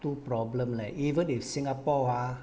two problem leh even if singapore ah